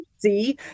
See